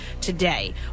today